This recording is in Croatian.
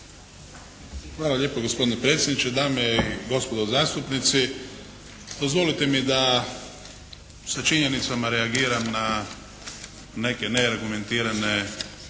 Hvala lijepo gospodine predsjedniče. Dame i gospodo zastupnici dozvolite mi da sa činjenicama reagiram na neke neargumentirane